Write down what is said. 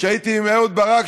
כשהייתי עם אהוד ברק,